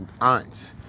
aunts